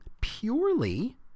purely